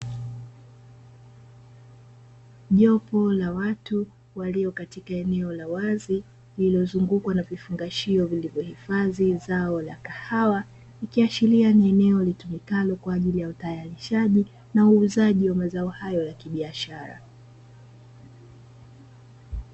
Jopo la watu walio katika eneo la wazi lililozungukwa na vifungashio vilivyohifadhi zao la kahawa, ikiashiria ni eneo litumikalo kwa ajili ya utayarishaji na uuzaji wa mazao hayo ya kibiashara.